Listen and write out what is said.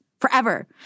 forever